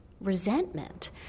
resentment